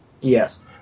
Yes